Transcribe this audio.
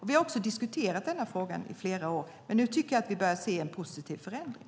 Vi har också diskuterat den här frågan i flera år. Nu tycker jag att vi börjar se en positiv förändring.